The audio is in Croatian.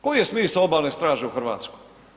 Koji je smisao obalne straže u Hrvatskoj?